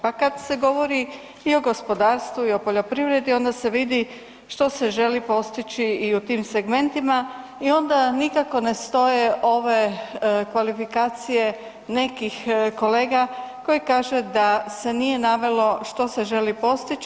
Pa kad se govori i o gospodarstvu i poljoprivredi onda se vidi što se želi postići i u tim segmentima i onda nikako ne stoje ove kvalifikacije nekih kolega koji kažu da se nije navelo što se želi postići.